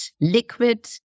liquid